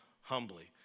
humbly